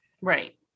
right